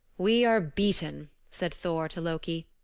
we are beaten, said thor to loki.